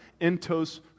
entos